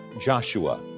Joshua